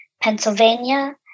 Pennsylvania